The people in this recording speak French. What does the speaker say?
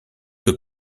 que